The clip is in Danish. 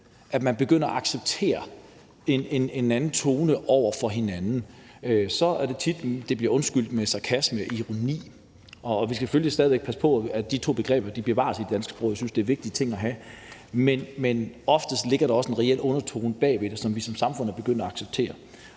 man begynder at acceptere en anden tone over for hinanden, og hvor det tit bliver undskyldt med sarkasme eller ironi. Og vi skal selvfølgelig stadig væk passe på, at de to begreber bevares i sproget, for jeg synes, at det er vigtige ting at have, men oftest ligger der også en reel undertone i det, som vi som samfund er begyndt at acceptere,